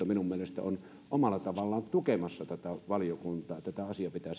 minun mielestäni myös vasemmistoliitto on siellä omalla tavallaan tukemassa valiokuntaa tätä asia pitää